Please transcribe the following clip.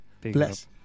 Bless